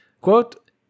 quote